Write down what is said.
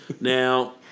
...now